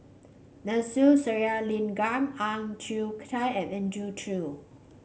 Sathyalingam Ang Chwee Chai and Andrew Chew